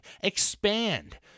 Expand